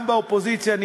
גם באופוזיציה,